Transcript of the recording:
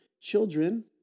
Children